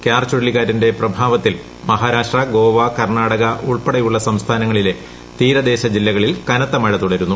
കൃാർചുഴലിക്കാറ്റിന്റെ പ്രഭാവത്തിൽമഹാരാഷ്ട്ര ഗോവ കർണാടക ഉൾപ്പെടെയുള്ള സംസ്ഥാനങ്ങളിലെ തീരദേശ ജില്ലകളിൽ കനത്ത മഴതുടരുന്നു